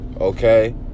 okay